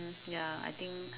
ya I think